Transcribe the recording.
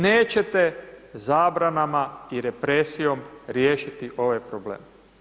Nećete zabranama i represijom riješiti ovaj problem.